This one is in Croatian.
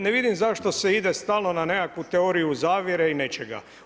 Ne vidim, zašto se ide stalno na nekakvu teoriju zavjere i nečega.